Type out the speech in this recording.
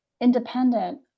independent